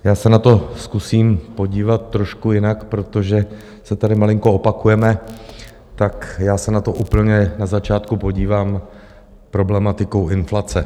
Já se na to zkusím podívat trošku jinak, protože se tady malinko opakujeme, tak já se na to úplně na začátku podívám problematikou inflace.